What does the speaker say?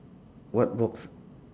what box